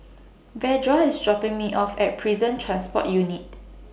Verda IS dropping Me off At Prison Transport Unit